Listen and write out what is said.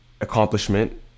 accomplishment